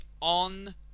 on